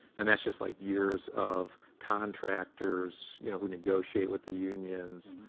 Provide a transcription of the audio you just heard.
and that's just like years of contractors you know who negotiate with the unions,